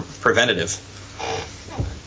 Preventative